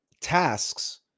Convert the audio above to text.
tasks